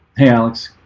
hey alex.